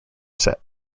set